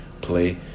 play